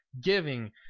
giving